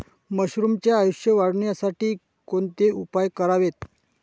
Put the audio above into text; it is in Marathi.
मशरुमचे आयुष्य वाढवण्यासाठी कोणते उपाय करावेत?